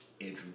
Andrew